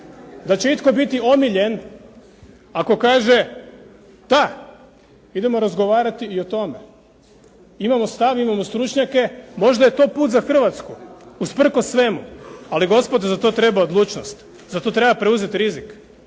da će itko biti omiljen ako kaže da, idemo razgovarati i o tome. Imamo stav, imamo stručnjake. Možda je to put za Hrvatsku usprkos svemu. Ali gospodo, za to treba odlučnost. Za to treba preuzeti rizik.